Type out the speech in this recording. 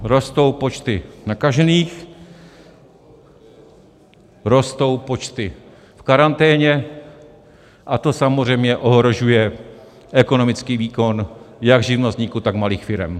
Rostou počty nakažených, rostou počty v karanténě, a to samozřejmě ohrožuje ekonomický výkon jak živnostníků, tak malých firem.